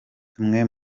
tumwe